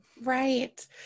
Right